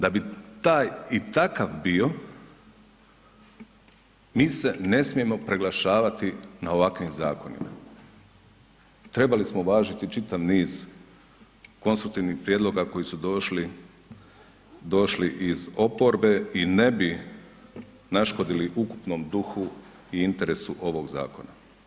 Da bi taj i takav bio mi se ne smijemo preglašavati na ovakvim zakonima, trebali smo uvažiti čitav niz konstruktivnih prijedloga koji su došli, došli iz oporbe i ne bi naškodili ukupnom duhu i interesu ovog zakona.